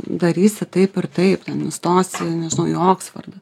darysi taip ir taip ten įstosi nežinau į oksfordą